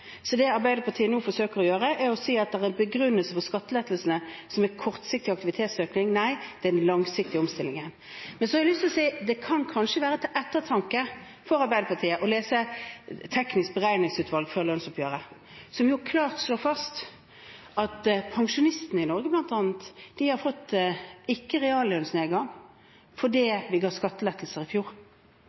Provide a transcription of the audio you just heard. så det Arbeiderpartiet nå forsøker å gjøre, er å si at det er en begrunnelse for skattelettelsene som en kortsiktig aktivitetsøkning. Nei, det er den langsiktige omstillingen. Men så har jeg lyst til å si at det kan kanskje være til ettertanke for Arbeiderpartiet å lese Det tekniske beregningsutvalget for inntektsoppgjørene, som klart slår fast at pensjonistene i Norge, bl.a., ikke har fått reallønnsnedgang fordi vi ga skattelettelser i fjor.